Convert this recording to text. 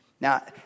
Now